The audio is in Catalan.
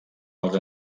dels